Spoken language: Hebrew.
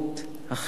החינוך,